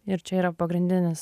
ir čia yra pagrindinis